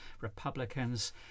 Republicans